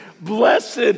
blessed